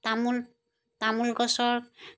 তামোল তামোল গছৰ